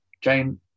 Jane